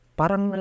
parang